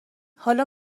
حالا